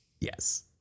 yes